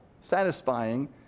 satisfying